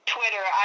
Twitter